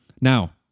Now